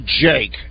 Jake